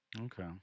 Okay